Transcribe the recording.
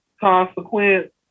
Consequence